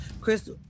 Chris